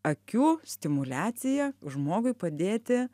akių stimuliaciją žmogui padėti